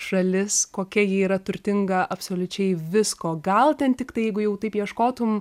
šalis kokia ji yra turtinga absoliučiai visko gal ten tiktai jeigu jau taip ieškotum